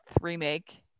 remake